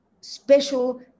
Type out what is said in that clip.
special